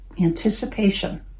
anticipation